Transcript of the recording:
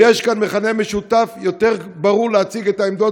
ויש כאן מכנה משותף יותר ברור בהצגת העמדות